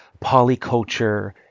polyculture